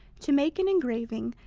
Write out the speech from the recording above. to make an engraving,